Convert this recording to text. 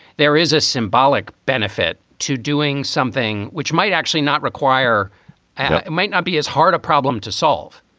there is a symbolic benefit to doing something which might actually not require and it might not be as hard a problem to solve.